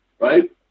right